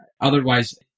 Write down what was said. otherwise